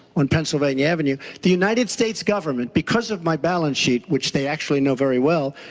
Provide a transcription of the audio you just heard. on pennsylvania avenue, the united states government because of my balance sheet, which they actually know very well,